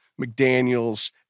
McDaniels